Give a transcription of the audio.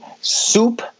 Soup